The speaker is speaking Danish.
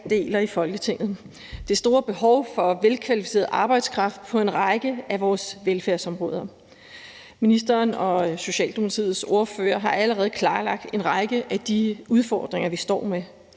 deler i Folketinget, nemlig det store behov for velkvalificeret arbejdskraft på en række af vores velfærdsområder. Ministeren og Socialdemokratiets ordfører har allerede klarlagt en række af de udfordringer, vi står med.